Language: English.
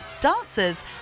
dancers